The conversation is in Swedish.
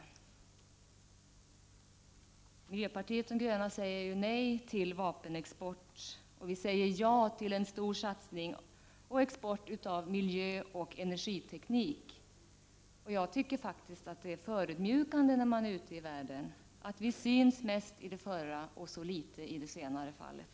Vi i miljöpartiet de gröna säger nej till vapenexport och ja till en stor satsning på export av miljöoch energiteknik. Det känns faktiskt förödmjukande, när man är ute i världen, att vi syns mest i det förra och så litet i det senare fallet.